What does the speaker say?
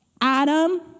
Adam